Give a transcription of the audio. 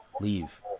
leave